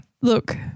Look